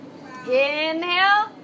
Inhale